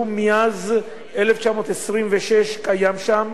שמאז 1926 קיים שם.